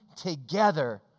together